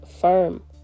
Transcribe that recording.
firm